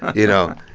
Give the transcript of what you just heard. you know,